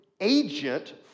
agent